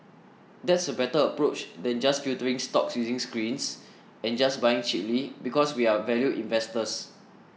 that's a better approach than just filtering stocks using screens and just buying cheaply because we're value investors